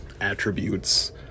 attributes